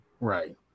Right